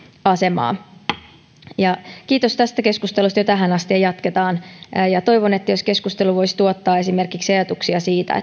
asemaa kiitos tästä keskustelusta jo tähän asti ja jatketaan toivon että keskustelu voisi tuottaa esimerkiksi ajatuksia siitä